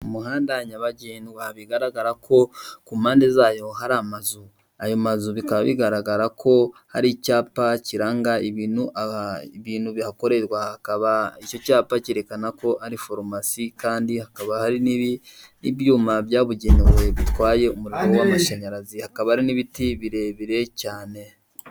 Umuhanda nyabagendwa bigaragara ko ku mpande zayo hari amazu. Ayo mazu bikaba bigaragara ko ari icyapa kiranga ibintu, aha, ibintu bihakorerwa. Akaba icyo cyapa kerekana ko ari foromasi, hakaba hari n'ibyuma byabugenewe bitwaye umuriro w'amashanyarazi, hakaba hari n'ibiti birebire cyane.